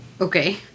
Okay